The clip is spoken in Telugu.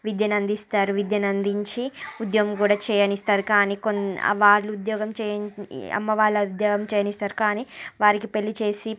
విద్యను అందిస్తారు విద్యను అందించి ఉద్యోగం కూడా చేయనిస్తారు కానీ కొందరు వాళ్ళు ఉద్యోగం చేయి వాళ్ళ అమ్మ వాళ్ళ ఉద్యోగం చెయ్యనిస్తారు కానీ వారికి పెళ్ళి చేసి